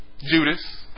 Judas